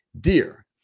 dear